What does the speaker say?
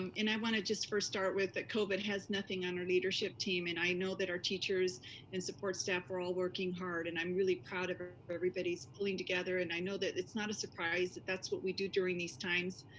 and and i wanna just first start with that covid has nothing on our leadership team, and i know that our teachers and support staff are all working hard, and i'm really proud of everybody's pulling together, and i know that it's not a surprise that that's what we do during these times,